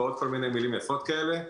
ועוד כל מיני מילים יפות כאלה,